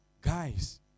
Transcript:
Guys